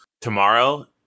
Tomorrow